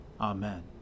Amen